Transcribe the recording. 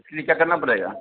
इसके लिए क्या करना पड़ेगा